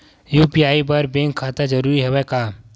UPI बर bank खाता जरूरी हवय का?